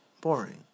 boring